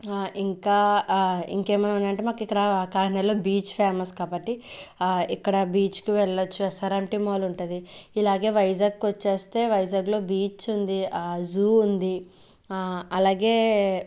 ఇంకా ఇంకేమన్న ఉన్నాయంటే మాకిక్కడ కాకినాడలో బీచ్ ఫేమస్ కాబట్టి ఇక్కడ బీచ్కి వెళ్ళొచ్చు ఎస్ఆర్ఎంటీ మాల్ ఉంటుంది ఇలాగే వైజాగ్కొచ్చేస్తే వైజాగ్లో బీచ్ ఉంది జూ ఉంది అలాగే